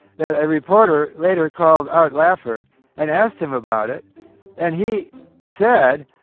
that a reporter later called art laffer and asked him about it and he said,